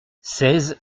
seize